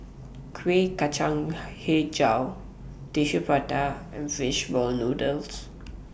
Kueh Kacang Hijau Tissue Prata and Fish Ball Noodles